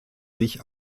sich